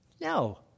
No